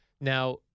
Now